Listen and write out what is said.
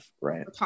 right